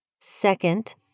second